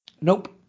Nope